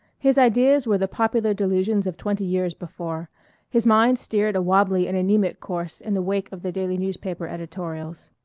his ideas were the popular delusions of twenty years before his mind steered a wabbly and anaemic course in the wake of the daily newspaper editorials.